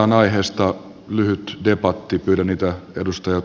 mahdollistetaan aiheesta lyhyt debatti